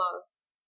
gloves